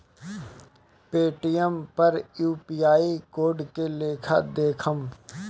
Paytm पर UPI code के लेखा देखम?